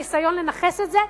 הניסיון לנכס את זה,